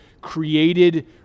created